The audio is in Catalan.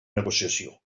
negociació